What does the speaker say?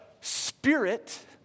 Spirit